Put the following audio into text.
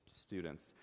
students